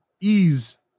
ease